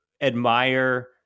Admire